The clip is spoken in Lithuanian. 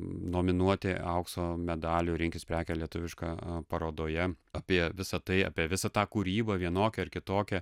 nominuoti aukso medalių rinkis prekę lietuvišką parodoje apie visa tai apie visą tą kūrybą vienokią ar kitokią